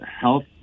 health